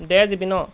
ডেৰ জিবি নহ্